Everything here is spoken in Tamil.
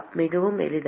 மிக எளிதாக